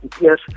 yes